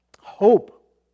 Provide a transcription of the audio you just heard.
hope